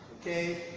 okay